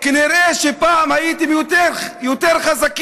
כנראה שפעם הייתם יותר חזקים,